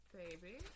baby